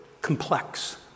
complex